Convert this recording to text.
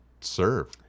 serve